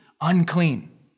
unclean